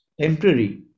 temporary